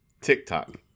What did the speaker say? TikTok